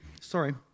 sorry